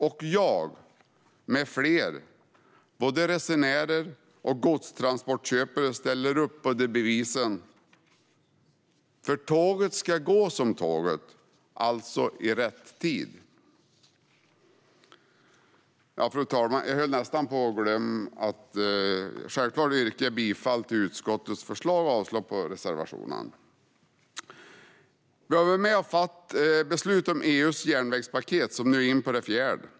Och jag med flera, både resenärer och godstransportköpare, ställer upp på devisen att tåget ska gå som tåget, alltså i rätt tid. Fru talman! Jag höll nästan på att glömma att säga att jag självklart yrkar bifall till utskottets förslag och avslag på reservationerna. Vi har varit med och fattat beslut om EU:s järnvägspaket - vi är nu inne på det fjärde.